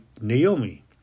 Naomi